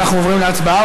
אנחנו עוברים להצבעה,